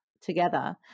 together